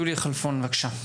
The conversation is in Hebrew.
יולי כלפון, בבקשה.